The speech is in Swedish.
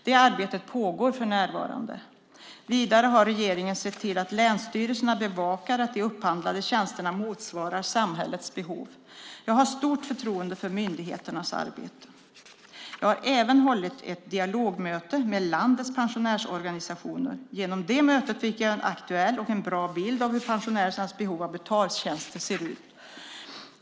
Detta arbete pågår för närvarande. Vidare har regeringen sett till att länsstyrelserna bevakar att de upphandlade tjänsterna motsvarar samhällets behov. Jag har stort förtroende för myndigheternas arbete. Jag har även hållit ett dialogmöte med landets pensionärsorganisationer. Genom det mötet fick jag en aktuell och bra bild av hur pensionärernas behov av betaltjänster ser ut.